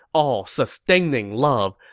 all-sustaining love,